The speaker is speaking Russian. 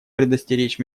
предостеречь